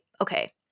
okay